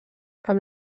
amb